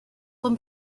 vom